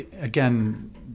again